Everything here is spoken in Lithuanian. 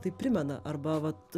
tai primena arba vat